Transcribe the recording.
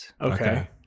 Okay